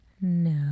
No